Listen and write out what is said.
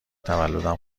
تولدم